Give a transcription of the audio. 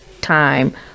time